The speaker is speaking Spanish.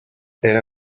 era